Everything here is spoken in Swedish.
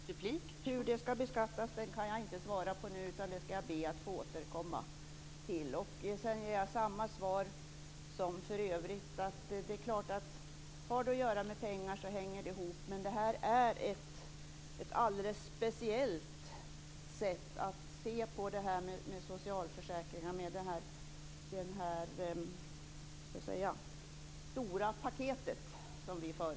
Fru talman! Hur det skall beskattas kan jag inte svara på nu, utan jag skall be att få återkomma till det. Jag vill i övrigt ge samma svar som förut, att det som har att göra med pengar hänger ihop. Det stora paket som vi föreslår innehåller ett alldeles speciellt sätt att se på socialförsäkringar.